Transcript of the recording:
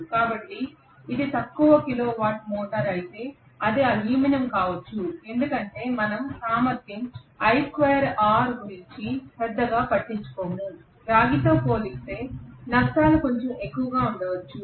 కాబట్టి ఇది తక్కువ కిలో వాట్ మోటారు అయితే అది అల్యూమినియం కావచ్చు ఎందుకంటే మనం సామర్థ్యం గురించి పెద్దగా పట్టించుకోము రాగితో పోల్చితే నష్టాలు కొంచెం ఎక్కువగా ఉండవచ్చు